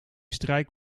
strijk